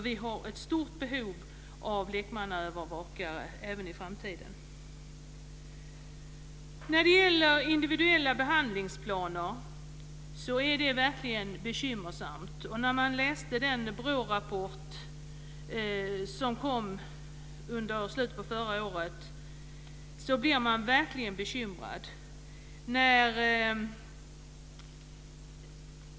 Vi har ett stort behov av lekmannaövervakare även i framtiden. När det gäller frågan om individuella behandlingsplaner är det verkligen bekymmersamt. När man läser den BRÅ-rapport som kom under slutet av förra blir man verkligen bekymrad.